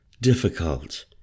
difficult